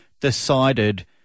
decided